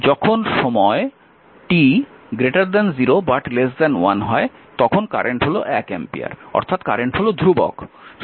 যখন সময় 0 t 1 হয় তখন কারেন্ট হল 1 অ্যাম্পিয়ার অর্থাৎ কারেন্ট হল ধ্রুবক